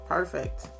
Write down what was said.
Perfect